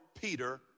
Peter